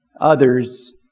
others